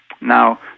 Now